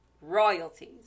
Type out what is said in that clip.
royalties